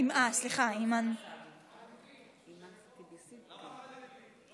אי-אמון בממשלה לא